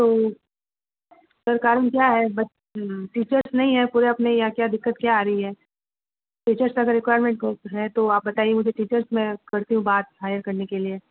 तो सर कारण क्या है बस टीचर्स नहीं हैं कोई अपने यहाँ दिक्कत क्या आ रही है टीचर्स अगर रिकवायरमेंट है तो आप बताइए मुझे टीचर्स मैं करती हूँ बात हायर करने के लिए